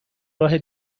راه